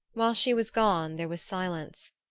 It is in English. while she was gone there was silence.